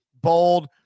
bold